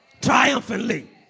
triumphantly